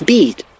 Beat